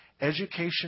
Education